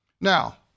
Now